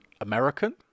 American